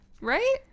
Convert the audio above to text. Right